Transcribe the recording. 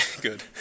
good